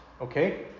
okay